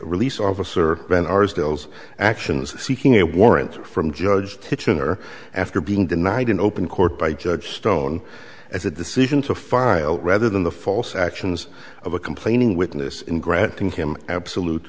release officer van arsdale actions seeking a warrant from judge kitchener after being denied in open court by judge stone as a decision to file rather than the false actions of a complaining witness in granting him absolute